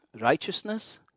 righteousness